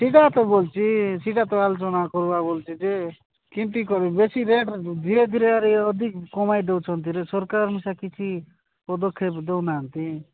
ସେଇଟା ତ କହୁଛି ସେଇଟା ତ ଆଲୋଚନା କରିବା କହୁଛି ଯେ କେମିତି କରିବା ବେଶୀ ରେଟ୍ ଧୀରେ ଧୀରେ ଆରେ ଅଧିକ କମାଇ ଦେଉଛନ୍ତିରେ ସରକାର ସେତିକି ପଦକ୍ଷେପ ଦେଉନାହାନ୍ତି